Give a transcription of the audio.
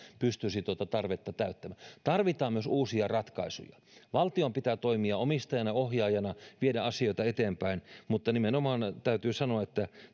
pystyisi tuota tarvetta täyttämään tarvitaan myös uusia ratkaisuja valtion pitää toimia omistajana ohjaajana viedä asioita eteenpäin mutta täytyy sanoa että